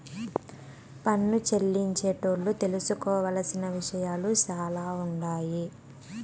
పన్ను చెల్లించేటోళ్లు తెలుసుకోవలసిన విషయాలు సాలా ఉండాయి